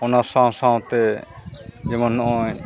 ᱚᱱᱟ ᱥᱟᱶᱼᱥᱟᱶᱛᱮ ᱡᱮᱢᱚᱱ ᱱᱚᱜᱼᱚᱭ